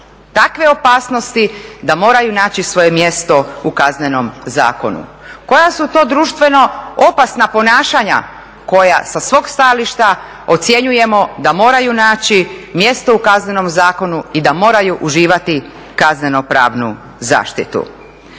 takve opasnosti da moraju naći svoje mjesto u Kaznenom zakonu? Koja su to društveno opasna ponašanja koja sa svog stajališta ocjenjujemo da moraju naći mjesto u Kaznenom zakonu i da moraju uživati kazneno pravnu zaštitu?